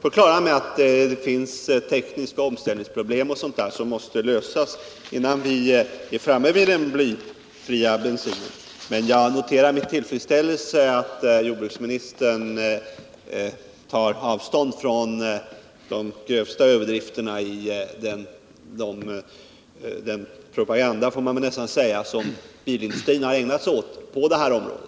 på det klara med att det finns tekniska omställningsproblem och sådant, som måste lösas innan vi är framme vid den blyfria bensinen. Men jag noterar med tillfredsställelse att jordbruksministern tar avstånd från de grövsta överdrifterna i den propaganda — det får man nästan kalla det — som bilindustrin har ägnat sig åt på det här området.